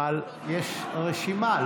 אבל יש רשימה.